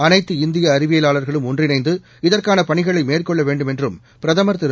அனைத்து இந்தியஅறிவியலாளா்களும் இஒன்றிணைந்து இதற்கானபணிகளைமேற்கொள்ளவேண்டும் என்றும் பிரதமர் திரு